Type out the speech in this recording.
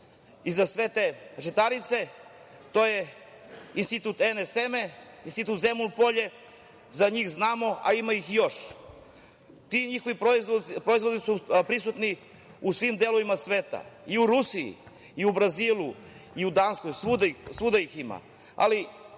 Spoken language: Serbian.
za sve te žitarice. To je Institut NS seme, Institut Zemun Polje, za njih znamo, a ima ih još. Ti njihovi proizvodi su prisutni u svim delovima sveta i u Rusiji i u Brazilu i u Danskoj, svuda ih ima. Mi